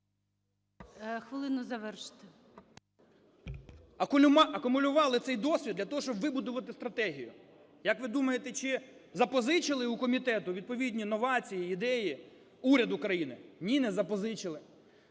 Акумулювали цей досвід для того, щоб вибудувати стратегію. Як ви думаєте, чи запозичили у комітету відповідні новації, ідеї уряд України? Ні, не запозичили.